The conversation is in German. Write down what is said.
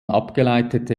abgeleitete